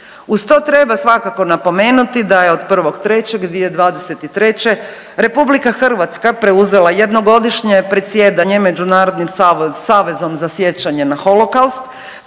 Uz to, treba svakako napomenuti da je od 1.3.2023. RH preuzela jednogodišnje predsjedanje Međunarodnim savezom za sjećanje na holokaust